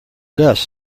dust